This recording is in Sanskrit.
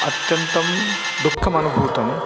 अत्यन्तं दुःखमनुभूतम्